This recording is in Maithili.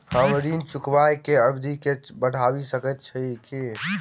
हम ऋण चुकाबै केँ अवधि केँ बढ़ाबी सकैत छी की?